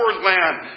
land